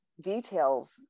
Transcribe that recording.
details